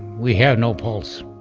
we have no pulse